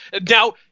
Now